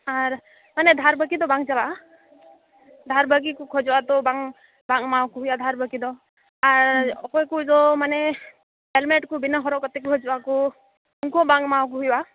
ᱟᱨ ᱢᱟᱱᱮ ᱫᱷᱟᱨ ᱵᱟᱹᱠᱤ ᱫᱚ ᱵᱟᱝ ᱪᱟᱞᱟᱜᱼᱟ ᱫᱷᱟᱨ ᱵᱟᱹᱠᱤ ᱠᱚ ᱠᱷᱚᱡᱚᱜᱼᱟ ᱛᱚ ᱵᱟᱝ ᱵᱟᱝ ᱮᱢᱟᱣᱟᱠᱚ ᱦᱩᱭᱩᱜᱼᱟ ᱫᱷᱟᱨ ᱵᱟᱹᱠᱤ ᱫᱚ ᱟᱨ ᱚᱠᱚᱭ ᱠᱚᱫᱚ ᱢᱟᱱᱮ ᱦᱮᱹᱞᱢᱮ ᱴ ᱠᱚ ᱵᱤᱱᱟᱹ ᱦᱚᱨᱚᱜ ᱠᱟᱛᱮ ᱠᱚ ᱦᱤᱡᱩᱜ ᱟᱠᱚ ᱩᱱᱠᱩ ᱦᱚᱸ ᱵᱟᱝ ᱮᱢᱟᱣᱟᱠᱚ ᱦᱩᱭᱩᱜᱼᱟ